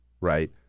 right